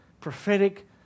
prophetic